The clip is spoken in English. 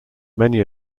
many